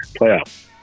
Playoffs